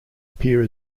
appear